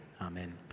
Amen